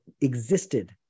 existed